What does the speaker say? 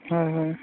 হয় হয়